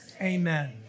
amen